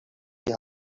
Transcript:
die